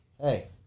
Hey